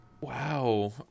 Wow